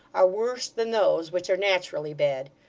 are worse than those which are naturally bad.